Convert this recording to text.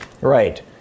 Right